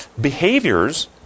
behaviors